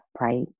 right